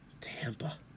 Tampa